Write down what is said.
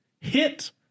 hit